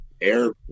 air